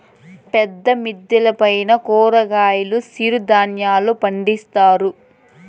పెద్ద మిద్దెల పైన కూరగాయలు సిరుధాన్యాలు పండిత్తారు